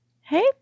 Hey